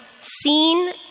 seen